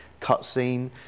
cutscene